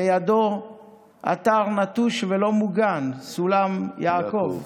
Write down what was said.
לידו אתר נטוש ולא מוגן, סולם יעקב.